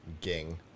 Ging